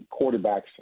quarterbacks